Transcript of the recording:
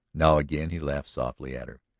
now again he laughed softly at her.